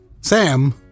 Sam